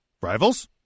Rivals